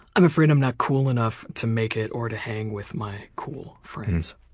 i'm afraid i'm not cool enough to make it or to hang with my cool friends.